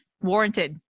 warranted